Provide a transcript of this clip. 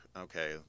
okay